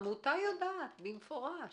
העמותה יודעת, במפורש.